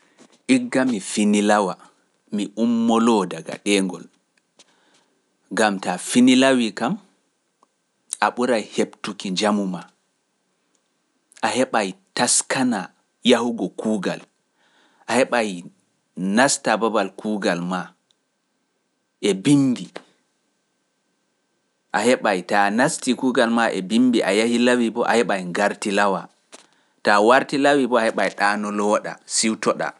Igga mi finilawa, mi ummolo daga ɗee ngol, ngam taa finilawi kam, a ɓuray heɓtuki njamu ma, a heɓay taskana yahugo kuugal, a heɓay nasta babal kuugal ma e binndi, a heɓay taa nasti kuugal ma e binndi a yahilawi bo a heɓay garti lawa ta warti lawi bo a heeɓay ɗa no looɗa siwtoɗa.